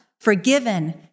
forgiven